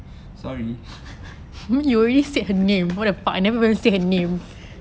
sorry